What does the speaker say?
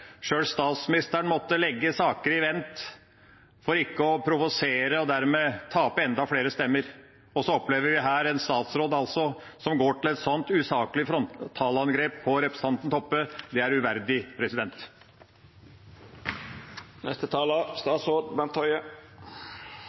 sjøl statsministeren måtte legge saker på vent for ikke å provosere og dermed tape enda flere stemmer. Og så opplever vi her en statsråd som går til et så usaklig frontalangrep på representanten Toppe. Det er uverdig.